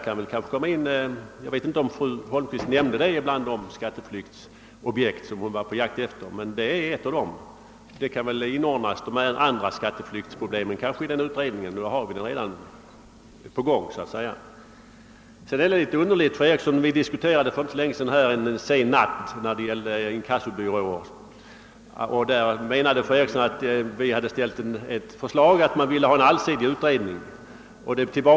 Jag vet inte om fru Holmqvist nämnde detta som ett av de objekt för skatteflykt, som hon var på jakt efter, men det är en av de möjligheter som utnyttjas i detta syfte. I denna beskattningsutredning kan kanske inordnas de andra skatteflyktsproblem som vi bearbetar i detta ärende. Något som är underligt i detta sammanhang är att fru Eriksson, när vi en sen natt för en tid sedan diskuterade inkassobyråernas verksamhet, med indignation avvisade ett av mig ställt förslag om en allsidig utredning om denna.